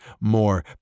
more